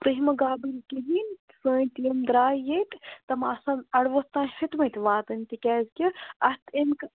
تُہۍ مہٕ گابرِو کِہیٖنۍ سٲنۍ ٹیٖم درٛاے ییٚتہ تِم آسَن اَڑٕ ووٚتھ تام ہیٚتۍ مٕتۍ واتٕنۍ تِکیٛازکہِ اَتھ اَمۍ